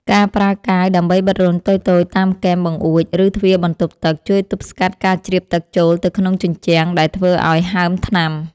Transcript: ការប្រើកាវដើម្បីបិទរន្ធតូចៗតាមគែមបង្អួច ឬទ្វារបន្ទប់ទឹក ជួយទប់ស្កាត់ការជ្រាបទឹកចូលទៅក្នុងជញ្ជាំងដែលធ្វើឱ្យហើមថ្នាំ។